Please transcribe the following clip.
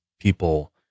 people